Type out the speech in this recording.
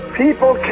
people